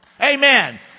Amen